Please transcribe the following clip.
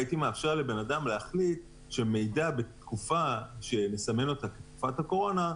הייתי מאפשר לבן אדם להחליט שמידע בתקופה שנסמן אותה כתקופת הקורונה,